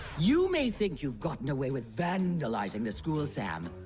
you may think you've gotten away with vandalizing the school sam,